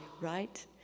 right